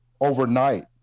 overnight